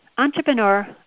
entrepreneur